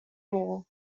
ball